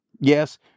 Yes